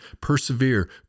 Persevere